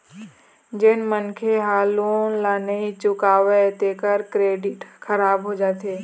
जेन मनखे ह लोन ल नइ चुकावय तेखर क्रेडिट ह खराब हो जाथे